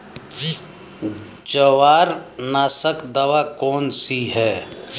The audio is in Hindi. जवार नाशक दवा कौन सी है?